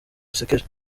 dusekeje